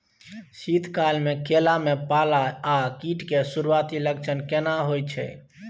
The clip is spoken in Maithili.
शीत काल में केला में पाला आ कीट के सुरूआती लक्षण केना हौय छै?